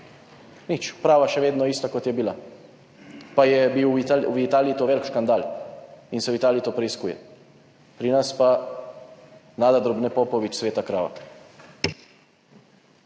Nič. Uprava je še vedno ista, kot je bila, pa je bil v Italiji to velik škandal in se v Italiji to preiskuje. Pri nas pa Nada Drobne Popovič, sveta krava.